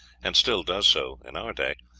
and still does so in our day,